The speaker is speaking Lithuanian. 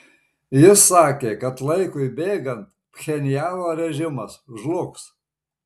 jis sakė kad laikui bėgant pchenjano režimas žlugs